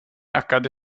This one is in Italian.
accade